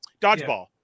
Dodgeball